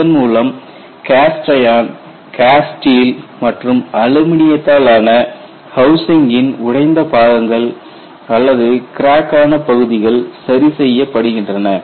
இதன் மூலம் cast iron cast steel மற்றும் அலுமினியத்தினால் ஆன ஹவுசிங்கின் உடைந்த பாகங்கள் அல்லது கிராக் ஆன பகுதிகள் சரிசெய்யப்படுகின்றன